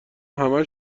همه